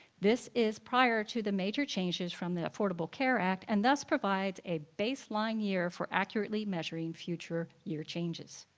this is prior to the major changes from the affordable care act and thus provides a baseline year for accurately measuring future year changes.